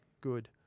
good